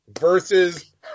versus